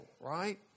right